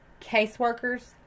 caseworkers